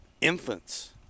infants